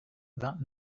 that